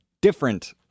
different